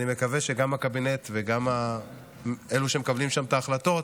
אני מקווה שגם הקבינט וגם אלו שמקבלים שם את ההחלטות